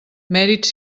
mèrits